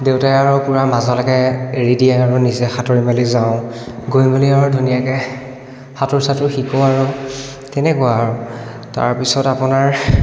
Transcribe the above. দেউতাই আৰু পূৰা মাজলৈকে এৰি দিয়ে আৰু নিজে সাঁতুৰি মেলি যাওঁ গৈ মেলি আৰু ধুনীয়াকৈ সাঁতোৰ চাঁতোৰ শিকোঁ আৰু তেনেকুৱা আৰু তাৰপিছত আপোনাৰ